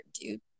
dude